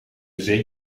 zee